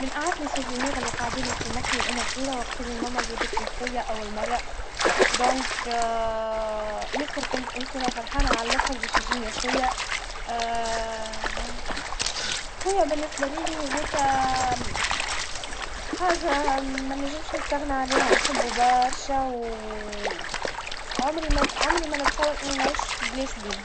من أعز الذكرايات اللي قعدولي في مخي, وأنا صغيرا, وقت اللي اما جابتلي اخويا, أول مرا, لذلك, ياسر كنت إنساسا فرحانا عاللآخر باش يجيني اخويا, اخويا بالنسا لي لي, ذاك حاجا مننجمش نستغنى عليها, نحبوا برشا, و عمري ما- عمر ما اتصور إنه نعيش بلاش بيه.